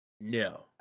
No